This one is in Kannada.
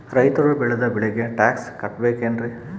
ರೈತರು ಬೆಳೆದ ಬೆಳೆಗೆ ಟ್ಯಾಕ್ಸ್ ಕಟ್ಟಬೇಕೆನ್ರಿ?